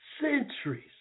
centuries